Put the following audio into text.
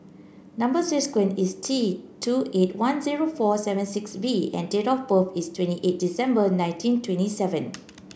number is T two eight one zero four seven six V and date of birth is twenty eight December nineteen twenty seven